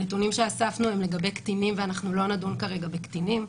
הנתונים שאספנו הם לגבי קטינים ואנחנו לא נדון כרגע בקטינים,